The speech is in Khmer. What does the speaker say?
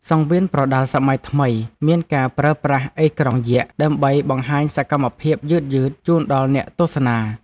សង្វៀនប្រដាល់សម័យថ្មីមានការប្រើប្រាស់អេក្រង់យក្ស ដើម្បីបង្ហាញសកម្មភាពយឺតៗជូនដល់អ្នកទស្សនា។